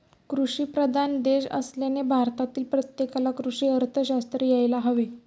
कृषीप्रधान देश असल्याने भारतातील प्रत्येकाला कृषी अर्थशास्त्र यायला हवे